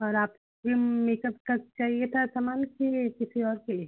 और आपके मेकअप का चाहिए था सामान कि किसी और के लिए